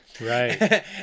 Right